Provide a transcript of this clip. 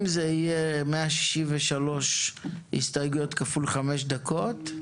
אם יהיו 163 הסתייגויות כפול 5 דקות,